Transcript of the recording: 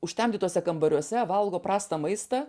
užtemdytuose kambariuose valgo prastą maistą